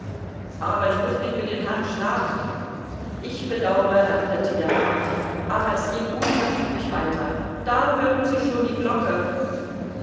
aber ich muß mich mit dem herrn schlagen ich bedauere erwiderte der beamte aber es geht unverzüglich weiter da hören sie schon die glocke